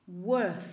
Worth